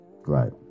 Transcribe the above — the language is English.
right